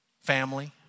family